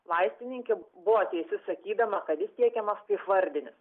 vaistininkė buvo teisi sakydama kad jis tiekiamas kaip vardinis